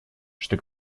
что